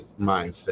mindset